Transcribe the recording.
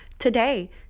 today